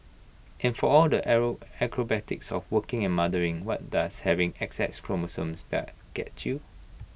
and for all the acrobatics of working and mothering what does having X X chromosomes let get you